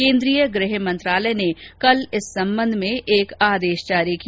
केन्द्रीय गृह मंत्रालय ने कल इस संबंध में एक आदेश जारी किया